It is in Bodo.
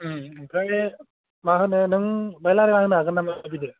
उम ओमफ्राय मा होनो नों बाइ रायलायना होनो हागोन नामा बिदि